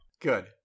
Good